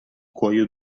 cuoio